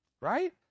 right